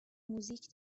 موزیک